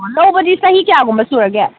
ꯂꯧꯕꯗꯤ ꯆꯍꯤ ꯀꯌꯥꯒꯨꯝꯕ ꯁꯨꯔꯒꯦ